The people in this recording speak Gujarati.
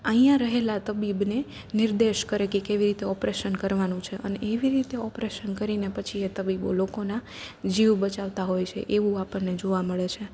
અહીં રહેલા તબીબને નિર્દેશ કરે કે કેવી રીતે ઑપરેશન કરવાનું છે અને એવી રીતે ઑપરેશન કરીને પછી એ તબીબો લોકોના જીવ બચાવતાં હોય છે એવું આપણને જોવા મળે છે